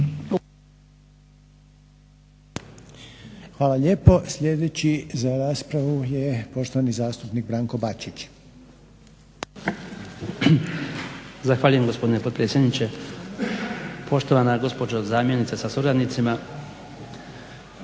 Hvala lijepa. Sljedeći za raspravu je poštovani zastupnik Branko Bačić.